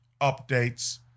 updates